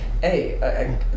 hey